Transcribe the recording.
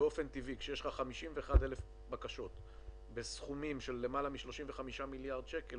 כשיש לך 51,000 בקשות בסכומים של למעלה מ-35 מיליארד שקל,